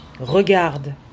regarde